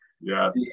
Yes